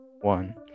one